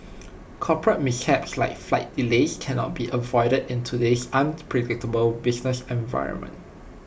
corporate mishaps like flight delays cannot be avoided in today's unpredictable business environment